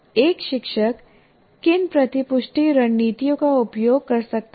एक शिक्षक किन प्रतिपुष्टि रणनीतियों का उपयोग कर सकता है